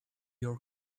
your